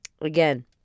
Again